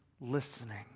listening